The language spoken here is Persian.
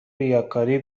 ریاکاری